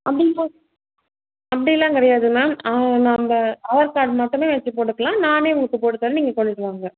அப்படிங்கும் போது அப்படிலாம் கிடையாது மேம் நம்ப ஆதார் கார்டு மட்டுமே வச்சு போட்டுக்கலாம் நானே உங்களுக்கு போட்டுத்தரேன் கொண்டுகிட்டு வாங்க